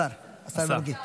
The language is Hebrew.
השר, השר מרגי.